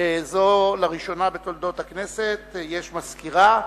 וזו לראשונה בתולדות הכנסת יש מזכירה,